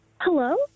Hello